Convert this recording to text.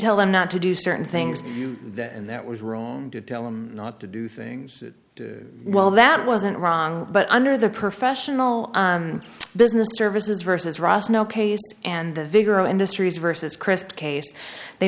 tell them not to do certain things that and that was wrong and to tell him not to do things that well that wasn't wrong but under the professional business services versus ross and the vigor industries versus crist case they